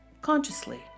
consciously